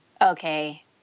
okay